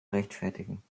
rechtfertigen